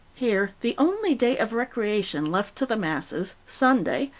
here the only day of recreation left to the masses, sunday,